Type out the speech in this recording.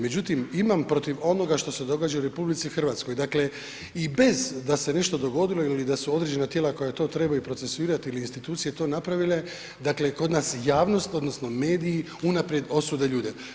Međutim, imam protiv onoga što se događa u RH, dakle i bez da se nešto dogodilo ili da su određena tijela koja to trebaju procesuirati ili institucije to napravile, dakle kod nas javnost odnosno mediji unaprijed osude ljude.